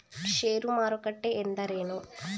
ಷೇರು ಮಾರುಕಟ್ಟೆ ಎಂದರೇನು?